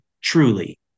truly